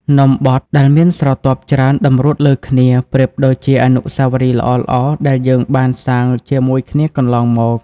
នំបទ ដែលមានស្រទាប់ច្រើនតម្រួតលើគ្នា ប្រៀបដូចជាអនុស្សាវរីយ៍ល្អៗដែលយើងបានសាងជាមួយគ្នាកន្លងមក។